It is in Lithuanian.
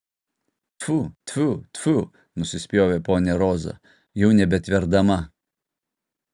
tfiu tfiu tfiu nusispjovė ponia roza jau nebetverdama